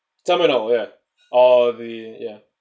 jia min or where oh the yeah